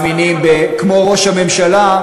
כמו ראש הממשלה,